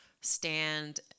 stand